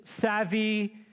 savvy